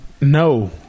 No